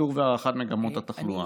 ניטור והערכת מגמות התחלואה,